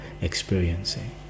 experiencing